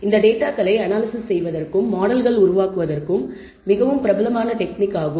இது டேட்டாகளை அனாலிசிஸ் செய்வதற்கும் மாடல்கள் உருவாக்குவதற்கும் மிகவும் பிரபலமான டெக்னிக் ஆகும்